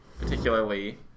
particularly